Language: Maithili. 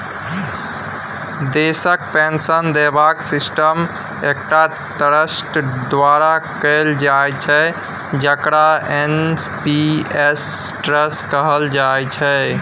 देशक पेंशन देबाक सिस्टम एकटा ट्रस्ट द्वारा कैल जाइत छै जकरा एन.पी.एस ट्रस्ट कहल जाइत छै